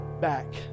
back